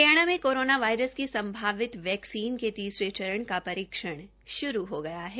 हरियाणा में corona virus की संभावित वैक्सीन के तीसरे चरण का परीक्षण श्रू हो गया है